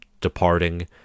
departing